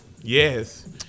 Yes